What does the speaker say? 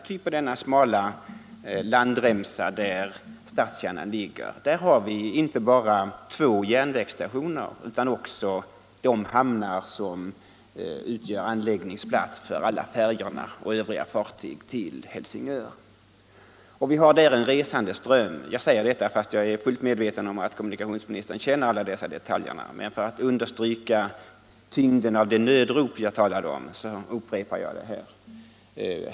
Ty på denna smala landremsa där stadskärnan ligger har vi inte bara två järnvägsstationer utan också de hamnar som utgör anläggningsplats för alla färjorna och övriga fartyg till Helsingör. Jag säger detta fast jag är fullt medveten om att kommunikationsministern känner till alla dessa detaljer, men för att understryka tyngden av det nödrop jag talade om upprepar jag dem.